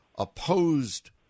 opposed